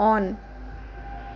on